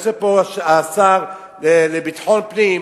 יושב פה השר לביטחון פנים,